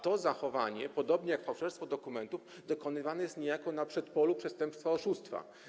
To zachowanie, podobnie jak fałszerstwo dokumentów, dokonywane jest niejako na przedpolu przestępstwa oszustwa.